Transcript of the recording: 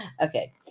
Okay